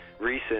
recent